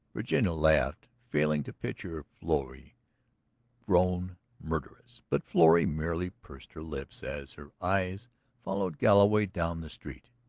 virginia laughed, failing to picture florrie grown murderous. but florrie merely pursed her lips as her eyes followed galloway down the street.